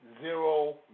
zero